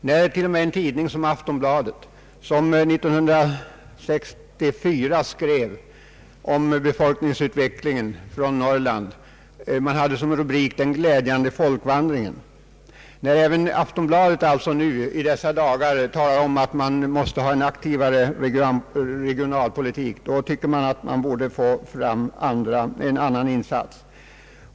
När t.o.m. en tidning som Aftonbladet, vilken 1964 skrev om befolkningsutflyttningen från Norrland med rubriken »Den glädjande folkvandringen», nu talar om en aktivare regionalpolitik, tycker man att en kraftigare insats borde kunna göras.